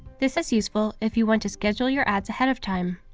this is useful if you want to schedule your ads ahead of time.